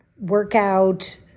workout